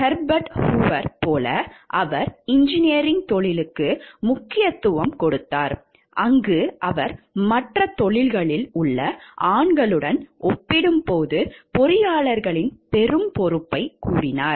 Herbert ஹூவரைப் போல அவர் இன்ஜினியரிங் தொழிலுக்கு முக்கியத்துவம் கொடுத்தார் அங்கு அவர் மற்ற தொழில்களில் உள்ள ஆண்களுடன் ஒப்பிடும்போது பொறியாளர்களின் பெரும் பொறுப்பைக் கூறினார்